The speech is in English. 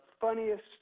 funniest